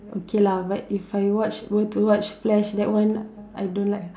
okay lah but if I watch were to watch flash that one I don't like ah